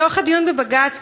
לאורך הדיון בבג"ץ,